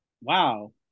wow